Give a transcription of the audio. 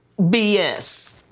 BS